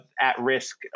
at-risk